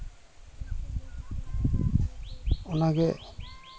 ᱚᱱᱟᱜᱮ